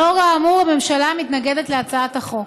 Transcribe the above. לאור האמור, הממשלה מתנגדת להצעת החוק.